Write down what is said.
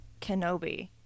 Kenobi